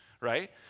Right